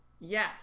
yes